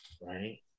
right